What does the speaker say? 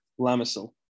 Lamisil